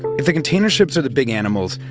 if the container ships are the big animals,